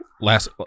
last